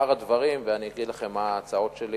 לשאר הדברים ואני אגיד לכם מה ההצעות שלי